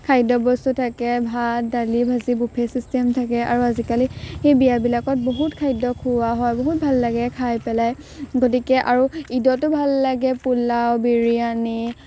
খাদ্য বস্তু থাকে ভাত দালি ভাজি বুফে চিষ্টেম থাকে আৰু আজিকালি সেই বিয়াবিলাকত বহুত খাদ্য খুওৱা হয় বহুত ভাল লাগে খাই পেলাই গতিকে আৰু ঈদতো ভাল লাগে পোলাও বিৰিয়ানী